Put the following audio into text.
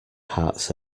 hearts